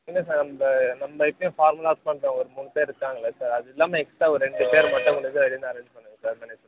இல்லை சார் நம்ம நம்ம எப்போயும் ஃபார்மலாக பண்ணுறவங்க ஒரு மூணு பேர் இருக்காங்கள்ல சார் அது இல்லாமல் எக்ஸ்ட்டா ஒரு ரெண்டு பேர் மட்டும் முடிஞ்சால் வெளியில் அரேஞ்ச் பண்ணுங்க சார் மேனேஜ் பண்ணிட்டு